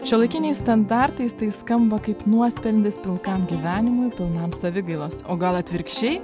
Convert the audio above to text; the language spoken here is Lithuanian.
šiuolaikiniais standartais tai skamba kaip nuosprendis pilkam gyvenimui pilnam savigailos o gal atvirkščiai